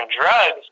drugs